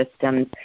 Systems